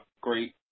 great